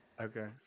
Okay